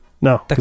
no